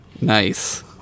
Nice